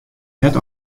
net